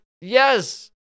Yes